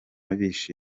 bishimisha